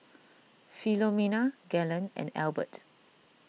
Philomena Galen and Albert